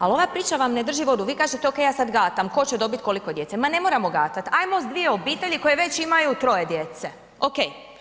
Al ova priča vam ne drži vodu vi kažete okej ja sad gatam tko će dobit koliko djece, ma ne moramo gatat, ajmo s dvije obitelji koje već imaju troje djece, okej.